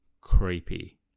creepy